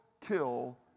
kill